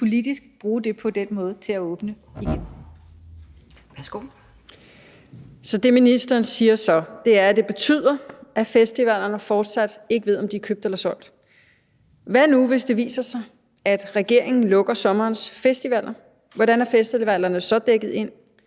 Kl. 17:56 Mette Thiesen (NB): Så det, ministeren så siger, er, at det betyder, at festivalerne fortsat ikke ved, om de er købt eller solgt. Hvad nu, hvis det viser sig, at regeringen lukker sommerens festivaler, hvordan er festivalerne så dækket ind?